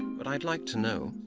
but i'd like to know,